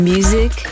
Music